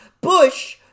Bush